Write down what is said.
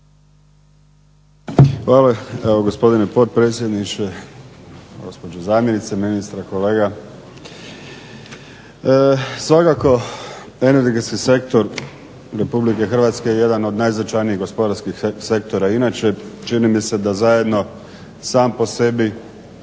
Hvala gospodine potpredsjedniče, gospođo zamjenice ministra, kolega. Svakako energetski sektor Republike Hrvatske je jedan od najznačajnijih gospodarskih sektora inače. Čini mi se da zajedno sam po sebi,